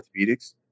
orthopedics